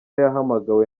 yahamagawe